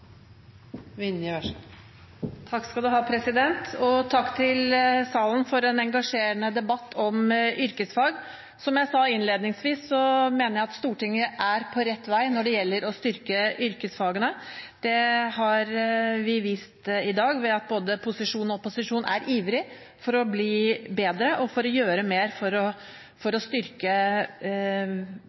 Takk til salen for en engasjerende debatt om yrkesfag. Som jeg sa innledningsvis, mener jeg at Stortinget er på rett vei når det gjelder å styrke yrkesfagene. Det har vi vist i dag ved at både posisjon og opposisjon er ivrige etter å bli bedre og å gjøre mer for å styrke vår egen evne til å skaffe oss gode fagarbeidere for fremtiden. Det er vi avhengig av for å